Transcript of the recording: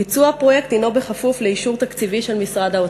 ביצוע הפרויקט הנו בכפוף לאישור תקציבי של משרד האוצר.